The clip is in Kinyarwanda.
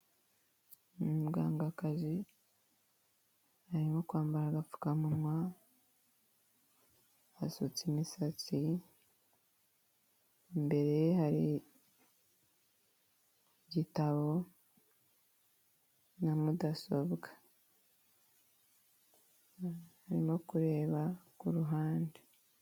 Umugangakazi arimo kwambara agapfukamu, asutse imisatsi, imbere hari igitabo na mudasobwa arimo kureba kuruhande.